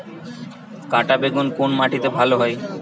কাঁটা বেগুন কোন মাটিতে ভালো হয়?